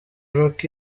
rock